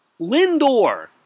Lindor